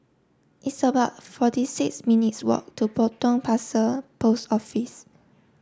it's about forty six minutes' walk to Potong Pasir Post Office